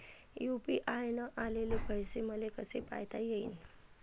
UPI न आलेले पैसे मले कसे पायता येईन?